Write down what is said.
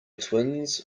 twins